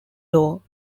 law